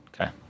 Okay